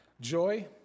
Joy